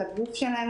לגוף שלהן,